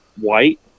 white